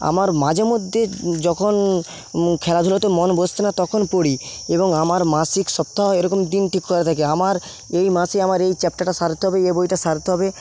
আমার মাঝেমধ্যে যখন খেলাধুলাতে মন বসছে না তখন পড়ি এবং আমার মাসিক সপ্তাহ এরকম দিন ঠিক করা থাকে আমার এই মাসে আমার এই চ্যাপ্টারটা সারতে হবে এই বইটা সারতে হবে